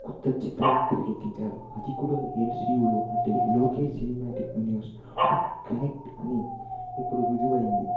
కొత్త చిత్రం తెరకెక్కించాడు అది కూడా ఎల్ సి యు లో అంటే లోకేష్ సినిమాటిక్ యూనివర్స్ ఒక కనెక్ట్ అని ఇప్పుడు రుజువయింది